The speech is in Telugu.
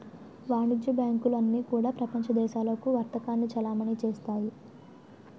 వాణిజ్య బ్యాంకులు అన్నీ కూడా ప్రపంచ దేశాలకు వర్తకాన్ని చలామణి చేస్తాయి